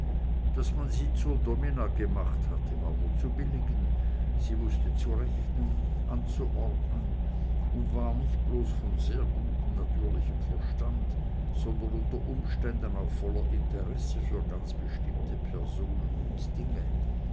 daß man sie zur domina gemacht hatte war nur zu billigen sie wußte zu rechnen und anzuordnen und war nicht bloß von sehr gutem natürlichen verstand sondern unter umständen auch voller interesse für ganz bestimmte personen und dinge